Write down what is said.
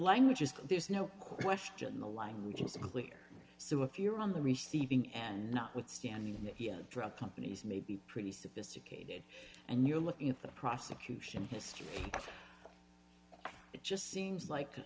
language is there's no question the line we can see clear so if you're on the receiving end notwithstanding the drug companies may be pretty sophisticated and you're looking at the prosecution history it just seems like